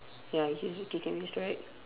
ya he's also kicking with his right